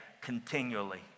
continually